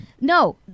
No